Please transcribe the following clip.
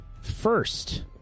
First